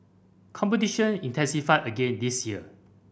competition intensified again this year